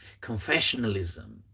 confessionalism